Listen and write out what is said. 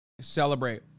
celebrate